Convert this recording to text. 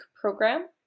program